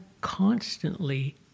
constantly